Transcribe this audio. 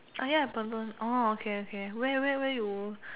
ah ya abalone orh okay okay where where where you